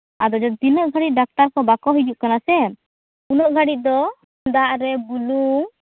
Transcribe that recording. ᱟᱫᱚ ᱡᱮ ᱛᱤᱱᱟᱹᱜ ᱜᱷᱟᱹᱲᱤᱡ ᱰᱟᱠᱛᱟᱨ ᱠᱚ ᱵᱟᱠᱚ ᱦᱤᱡᱩᱜ ᱠᱟᱱᱟ ᱥᱮ ᱩᱱᱟᱹᱜ ᱜᱷᱟᱹᱲᱤᱡ ᱫᱚ ᱫᱟᱜ ᱨᱮ ᱵᱩᱞᱩᱝ